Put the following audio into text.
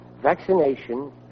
Vaccination